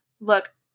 look